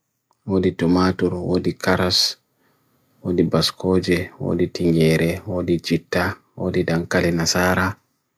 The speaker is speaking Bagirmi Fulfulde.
Squirrel ɓe waawna fiinooko nefaama, ɓe ɗaande be ka faande hokka fiinooko. ɓe haɓere hokka miijeeji kamɓe fiinooko nguje ka deftere ɓe.